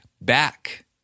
back